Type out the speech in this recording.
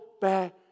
back